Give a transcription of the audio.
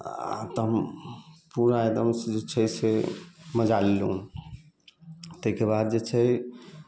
आ तब पूरा एकदम जे छै से मजा लेलहुँ ताहिके बाद जे छै